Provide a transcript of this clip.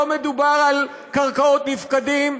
לא מדובר על קרקעות נפקדים,